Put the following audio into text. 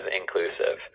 inclusive